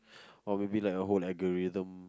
or maybe like a whole lagerithm